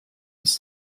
ist